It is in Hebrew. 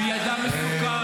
--- והיא אדם מסוכן.